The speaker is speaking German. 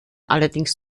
allerdings